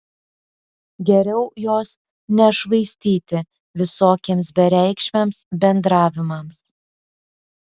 geriau jos nešvaistyti visokiems bereikšmiams bendravimams